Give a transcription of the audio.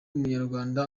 munyarwanda